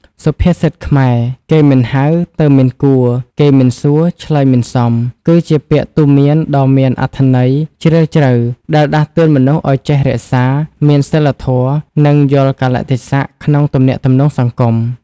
សុភាសិតខ្មែរ «គេមិនហៅ ទៅមិនគួរ គេមិនសួរ ឆ្លើយមិនសម» គឺជាពាក្យទូន្មានដ៏មានអត្ថន័យជ្រាលជ្រៅ ដែលដាស់តឿនមនុស្សឲ្យចេះរក្សា មានសីលធម៌ និង យល់កាលៈទេសៈក្នុងទំនាក់ទំនងសង្គម។